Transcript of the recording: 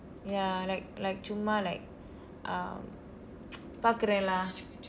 ya like like சும்மா:summaa like um பார்க்கிறேன்:paarkkireen lah